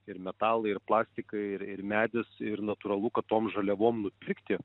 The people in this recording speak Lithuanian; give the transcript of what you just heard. ir metalai ir plastikai ir ir medis ir natūralu kad tom žaliavom nupigti